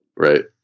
right